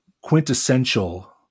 quintessential